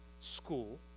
school